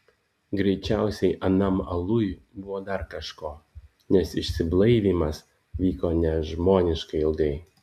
greičiausiai anam aluj buvo dar kažko nes išsiblaivymas vyko nežmoniškai ilgai